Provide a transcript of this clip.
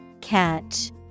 Catch